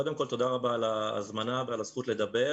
קודם כל, תודה רבה על ההזמנה ועל הזכות לדבר.